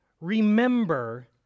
remember